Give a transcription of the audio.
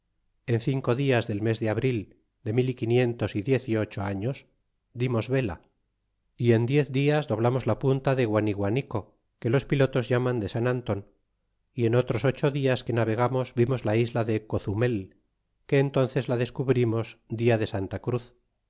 en cinco dias del mes de abril de mil y quinientos y diez y ocho años dimos vela y en diez dias doblamos la punta de guaniguanico que los pilotos llaman de san anton y en otros ocho dia que navegamos vimos la isla de cozumel que entónces la descubrimos dia de santa cruz